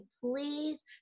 please